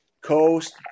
Coast